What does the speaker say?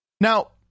Now